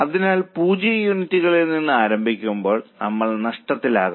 അതിനാൽ പൂജ്യം യൂണിറ്റുകളിൽ നിന്ന് ആരംഭിക്കുമ്പോൾ നമ്മൾ നഷ്ടത്തിലാകും